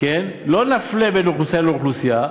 לא נפלה בין אוכלוסייה לאוכלוסייה.